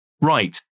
Right